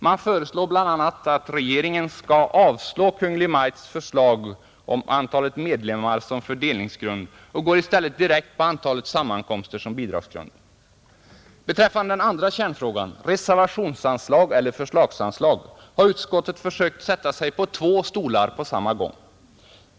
Man föreslår bl.a. att riksdagen skall avslå Kungl. Maj:ts förslag om antalet medlemmar som fördelningsgrund och går i stället direkt på antalet sammankomster såsom bidragsgrund, Beträffande den andra kärnfrågan — reservationsanslag eller förslagsanslag — har utskottet försökt sätta sig på två stolar samtidigt.